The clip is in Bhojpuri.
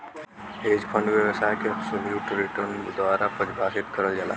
हेज फंड व्यवसाय के अब्सोल्युट रिटर्न द्वारा परिभाषित करल जाला